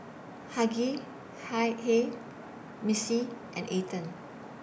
Hughey Hi Hey Missie and Ethen